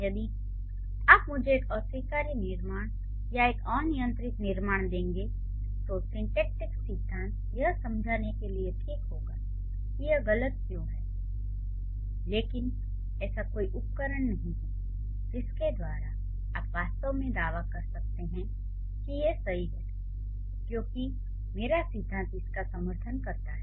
यदि आप मुझे एक अस्वीकार्य निर्माण या एक अनियंत्रित निर्माण देंगे तो सिन्टैक्टिक सिद्धांत यह समझाने के लिए ठीक होगा कि यह गलत क्यों है लेकिन ऐसा कोई उपकरण नहीं है जिसके द्वारा आप वास्तव में दावा कर सकते हैं कि यह सही है क्योंकि मेरा सिद्धांत इसका समर्थन करता है